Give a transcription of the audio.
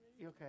Okay